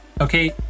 Okay